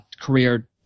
career